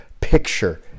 picture